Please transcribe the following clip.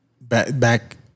back